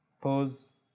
Pause